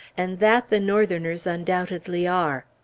and that the northerners undoubtedly are.